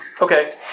Okay